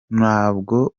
ntabwo